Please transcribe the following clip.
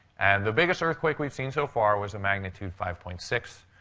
and the biggest earthquake we've seen so far was a magnitude five point six.